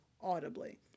audibly